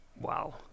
Wow